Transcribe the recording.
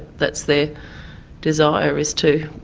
that's their desire, is to